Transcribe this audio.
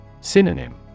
Synonym